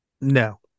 No